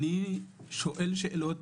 אני שואל שאלות